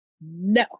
No